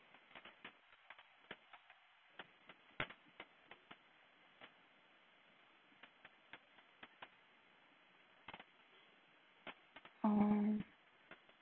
um